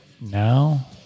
now